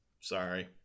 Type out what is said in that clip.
Sorry